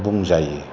बुंजायो